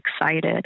excited